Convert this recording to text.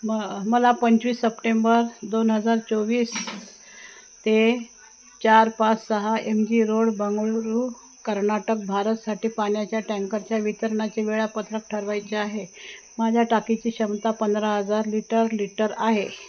म मला पंचवीस सप्टेंबर दोन हजार चोवीस ते चार पाच सहा M G road Bengaluru Karnataka भारतसाठी पाण्याच्या टँकरच्या वितरणाचे वेळापत्रक ठरवायचे आहे माझ्या टाकीची क्षमता पंधरा हजार लिटर लिटर आहे